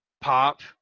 pop